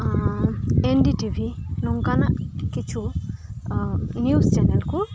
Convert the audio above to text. ᱮᱱ D T V ᱱᱚᱝᱠᱟᱱᱟᱜ ᱠᱤᱪᱷᱩ ᱱᱤᱭᱩᱡ ᱪᱮᱱᱮᱞ ᱠᱚ